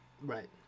right